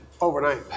overnight